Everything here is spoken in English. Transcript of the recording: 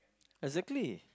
exactly